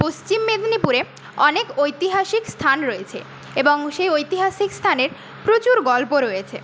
পশ্চিম মেদিনীপুরে অনেক ঐতিহাসিক স্থান রয়েছে এবং সেই ঐতিহাসিক স্থানের প্রচুর গল্প রয়েছে